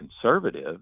conservative